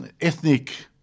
ethnic